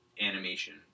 animation